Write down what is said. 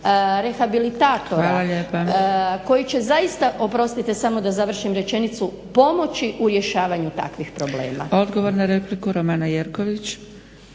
rehabilitatora koji će zaista, oprostite, samo da završim rečenicu koji će pomoći u rješavanju takvih problema. **Zgrebec, Dragica (SDP)** Odgovor na repliku, Romana Jerković.